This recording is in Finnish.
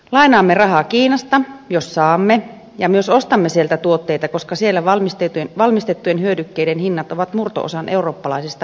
lainaamme rahaa kiinasta jos saamme ja myös ostamme sieltä tuotteita koska siellä valmistettujen hyödykkeiden hinnat ovat murto osa eurooppalaisista hinnoista